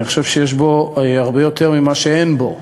אני חושב שיש בו הרבה יותר ממה שאין בו.